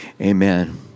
Amen